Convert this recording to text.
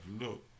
look